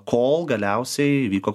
kol galiausiai įvyko